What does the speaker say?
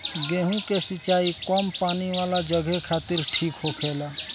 गेंहु के सिंचाई कम पानी वाला जघे खातिर ठीक होखेला